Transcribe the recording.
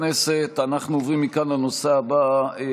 הכנסת רות וסרמן לנדה במקומה של חברת הכנסת הילה שי וזאן,